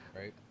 right